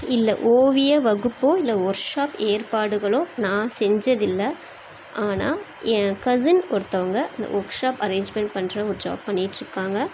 இல்லை ஓவிய வகுப்போ இல்லை ஒர்க் ஷாப் ஏற்பாடுகளோ நான் செஞ்சதில்லை ஆனால் ஏன் கசின் ஒருத்தவங்கள் இந்த ஒர்க் ஷாப் அரேஞ்ச்மெண்ட் பண்ணுற ஒரு ஜாப் பண்ணிகிட்ருக்காங்க